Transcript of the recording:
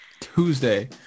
Tuesday